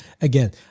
again